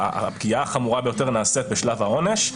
הפגיעה החמורה ביותר נעשית בשלב העונש,